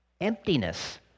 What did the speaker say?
emptiness